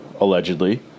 allegedly